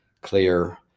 clear